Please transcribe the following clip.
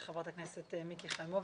חברת הכנסת מיקי חיימוביץ',